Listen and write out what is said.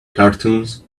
cartoons